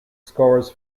scores